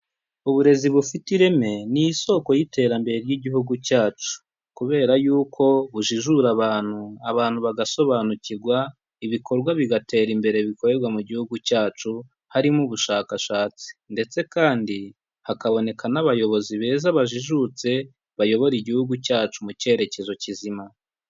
Uburezi bufite ireme ni isoko y'iterambere ry'igihugu cyacu, kubera yuko bujijura abantu, abantu bagasobanukirwa, ibikorwa bigatera imbere bikorerwa mu gihugu cyacu harimo ubushakashatsi, ndetse kandi hakaboneka n'abayobozi beza bajijutse bayobora igihugu cyacu mu cyerekezo kizima.